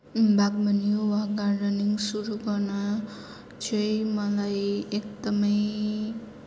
बागवानी वा गार्डनिङ सुरु गर्न चाहिँ मलाई एकदमै